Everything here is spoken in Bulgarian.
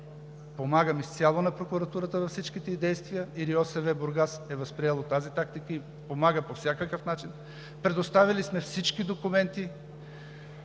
помагам изцяло на прокуратурата във всичките ѝ действия, и РИОСВ – Бургас, е възприело тази тактика и помага по всякакъв начин. Предоставили сме всички документи,